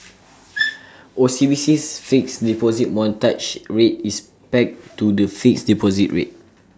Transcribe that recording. OCBC's fixed deposit mortgage rate is pegged to the fixed deposit rate